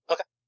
Okay